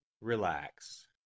Relax